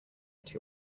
two